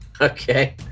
Okay